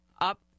up